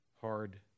hard